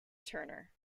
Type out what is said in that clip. turner